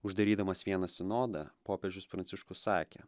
uždarydamas vieną sinodą popiežius pranciškus sakė